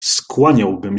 skłaniałabym